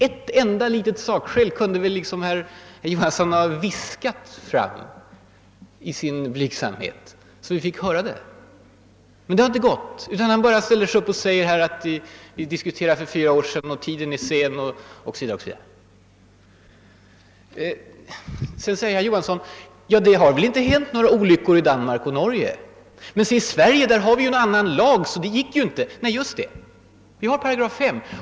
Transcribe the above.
Ett enda litet argument kunde väl herr Johansson i Trollhättan i sin blygsamhet ha viskat fram så vi fick höra det. Men det har inte gått. Han bara säger att vi diskuterade detta för fyra år sedan och att timmen är sen. Men herr Johansson medger ändå att det inte hänt några olyckor i Danmark och Norge. I Sverige har vi däremot en annan lag. Ja, just det, vi har §5.